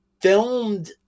filmed